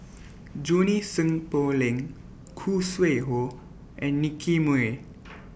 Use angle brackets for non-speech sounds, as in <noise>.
Junie Sng Poh Leng Khoo Sui Hoe and Nicky Moey <noise>